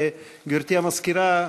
גברתי המזכירה,